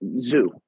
Zoo